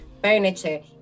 Furniture